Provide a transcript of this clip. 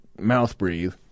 mouth-breathe